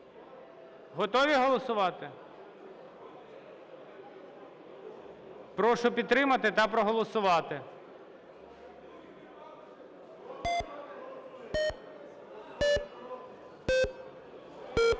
Готові голосувати? Прошу підтримати та проголосувати.